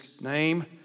name